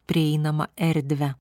prieinamą erdvę